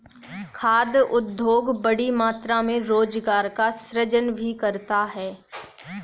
खाद्य उद्योग बड़ी मात्रा में रोजगार का सृजन भी करता है